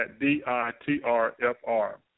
D-I-T-R-F-R